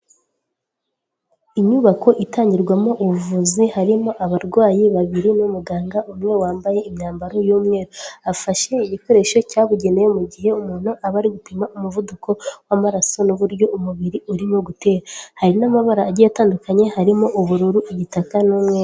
Inyubako itangirwamo ubuvuzi harimo abarwayi babiri n'umuganga umwe wambaye imyambaro y'umweru. Afashe igikoresho cyabugenewe mu gihe umuntu aba ari gupima umuvuduko w'amaraso, n'uburyo umubiri urimo gutera. Hari n'amabara agiye atandukanye harimo ubururu, igitaka, n'umweru.